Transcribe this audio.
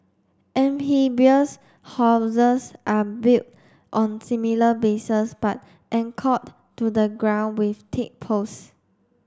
amphibious houses are built on similar bases but anchored to the ground with thick post